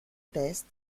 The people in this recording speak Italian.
test